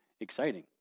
exciting